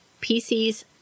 PCs